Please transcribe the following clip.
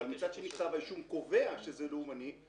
מצד שני כתב האישום קובע שזה לאומני,